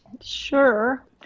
Sure